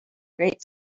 great